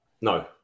no